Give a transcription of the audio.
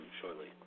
shortly